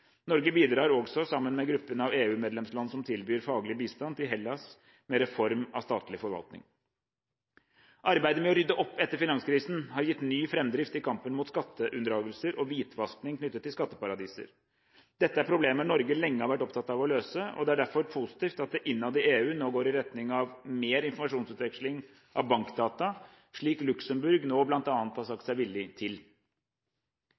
Norge bidrar også sammen med gruppen av EU-medlemsland som tilbyr faglig bistand til Hellas med reform av statlig forvaltning. Arbeidet med å rydde opp etter finanskrisen har gitt ny framdrift i kampen mot skatteunndragelser og hvitvasking knyttet til skatteparadiser. Dette er problemer Norge lenge har vært opptatt av å løse. Det er derfor positivt at det innad i EU nå går i retning av mer informasjonsutveksling av bankdata, slik Luxemburg nå bl.a. har sagt